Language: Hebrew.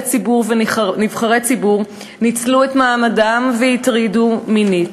ציבור ונבחרי ציבור ניצלו את מעמדם והטרידו מינית,